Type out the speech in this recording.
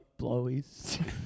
blowies